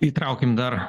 įtraukim dar